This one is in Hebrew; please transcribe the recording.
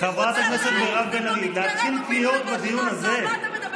חברת הכנסת מירב בן ארי, להתחיל קריאות בדיון הזה?